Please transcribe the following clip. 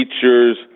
features